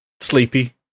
Sleepy